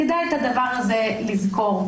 כדאי את הדברים האלה לזכור.